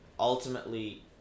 ultimately